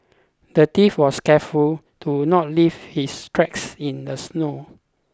the thief was careful to not leave his tracks in the snow